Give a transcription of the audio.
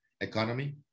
economy